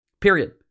period